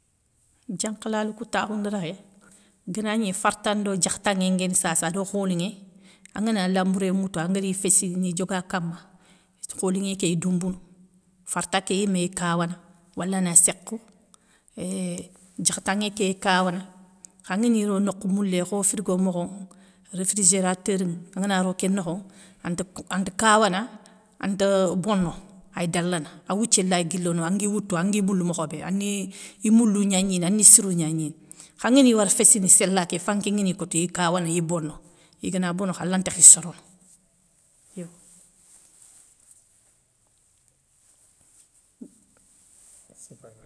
Diankhlal kou takoundirékhé gana gni farta ndo diakhtanŋé nguéni sasa ado kholinŋé angana lambouré ŋwoutou angari féssi ni dioga kama kholinŋé kéy doumbounou farta ké yiméy kawana wala sékhou euukhh diakhtanŋé kéy kawana kha angani ri nokhou moulé kho frigo mokho ŋa réfrigérateur ni angana ro kén nokho ante kawana ante bono ay dalana a woutié lay guilono angui woutou angui boulou mokhobé ya ani moulou gnagnini ani sirou gnagnini kha an guéni wara féssini séla ké fanké nguéni kotou iy kawana iy bono igana bono kha a lantakhi sorono yo.